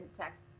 text